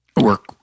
work